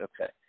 okay